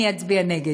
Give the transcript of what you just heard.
אני אצביע נגד.